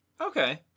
Okay